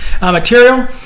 material